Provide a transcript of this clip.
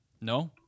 No